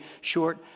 short